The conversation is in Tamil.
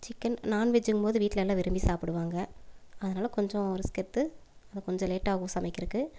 சிக்கன் நான்வெஜ்ஜுங்கும்போது வீட்டில் எல்லாம் விரும்பி சாப்பிடுவாங்க அதனால் கொஞ்சம் ரிஸ்க் எடுத்து ஆனால் கொஞ்சம் லேட் ஆகும் சமைக்கறதுக்கு